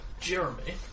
Jeremy